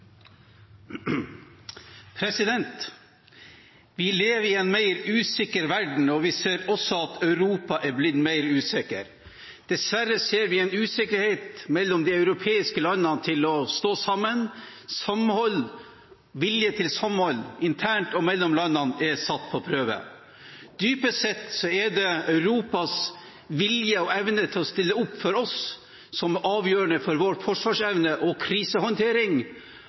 til. Vi lever i en mer usikker verden, og vi ser også at Europa har blitt mer usikkert. Dessverre ser vi en usikkerhet mellom de europeiske landene når det gjelder å stå sammen. Viljen til samhold, internt og mellom landene, er satt på prøve. Dypest sett er det Europas vilje og evne til å stille opp for oss som er avgjørende for vår forsvarsevne og krisehåndtering,